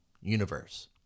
universe